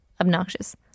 obnoxious